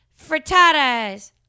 frittatas